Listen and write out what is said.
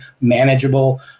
manageable